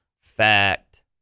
Fact